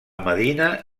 medina